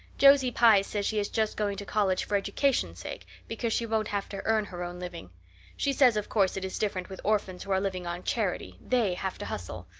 josie pye says she is just going to college for education's sake, because she won't have to earn her own living she says of course it is different with orphans who are living on charity they have to hustle.